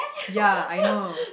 ya I know